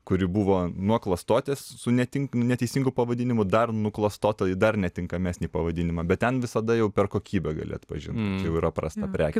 kuri buvo nuo klastotės su netink neteisingu pavadinimu dar nuklastota į dar ne tinkamesnį pavadinimą bet ten visada jau per kokybę gali atpažint jau yra prasta prekė